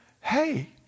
hey